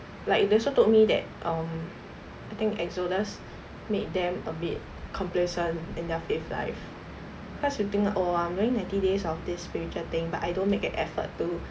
like they also told me that um I think exodus made them a bit complacent in their faith life cause you think oh I am doing ninety days of this spiritual thing but I don't make an effort to